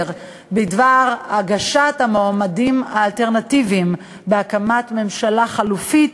בדבר הגשת המועמדים האלטרנטיביים בהקמת ממשלה חלופית,